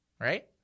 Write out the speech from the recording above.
Right